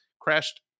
crashed